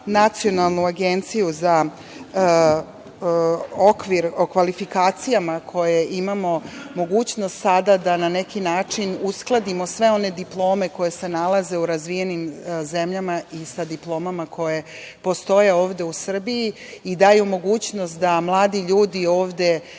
nacionalnu Agenciju za okvir o kvalifikacijama, kojima imamo mogućnost sada da na neki način uskladimo sve one diplome koje se nalaze u razvijenim zemljama sa diplomama koje postoje ovde u Srbiji i daju mogućnost da mladi ljudi ovde